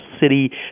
city